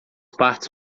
partes